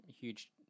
huge